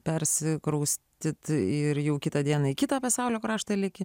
persikraustyt ir jau kitą dieną į kitą pasaulio kraštą leki